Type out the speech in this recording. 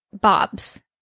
Bob's